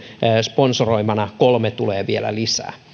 sponsoroimana kolme tulee vielä lisää